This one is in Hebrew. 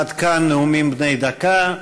עד כאן נאומים בני דקה.